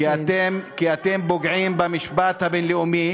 כי אתם פוגעים במשפט הבין-לאומי,